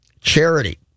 charity